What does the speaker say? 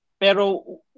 Pero